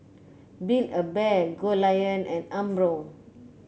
Build A Bear Goldlion and Umbro